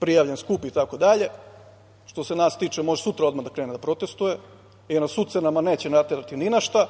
prijavljen skup, itd. Što se nas tiče, može sutra odmah da krene da protestvuje, jer nas ucenama neće naterati ni na šta,